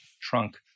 trunk